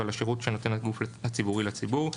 ועל השירות שנותן הגוף הציבורי לציבור (להלן,